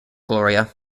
gloria